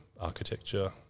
architecture